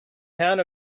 town